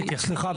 רעות סליחה,